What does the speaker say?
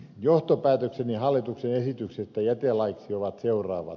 johtopäätökseni hallituksen esityksestä jätelaiksi ovat seuraavat